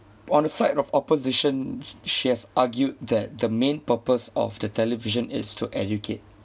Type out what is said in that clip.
on the side of oppositions s~ she has argued that the main purpose of the television is to educate